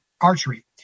archery